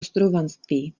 ostrovanství